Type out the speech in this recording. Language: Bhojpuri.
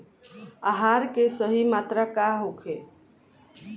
आहार के सही मात्रा का होखे?